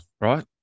right